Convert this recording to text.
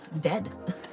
dead